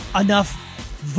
enough